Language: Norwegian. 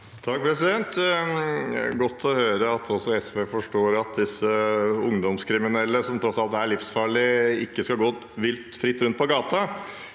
Det er godt å høre at også SV forstår at disse ungdomskriminelle, som tross alt er livsfarlige, ikke skal gå fritt rundt på gata.